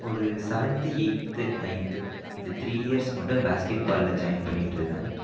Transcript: ஒரு seventh eighth ninth இந்த three years மட்டும் பேஸ்கெட் பாலில் ஜாயின் பண்ணிகிட்டு இருந்தேன்